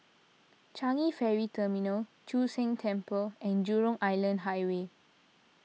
Changi Ferry Terminal Chu Sheng Temple and Jurong Island Highway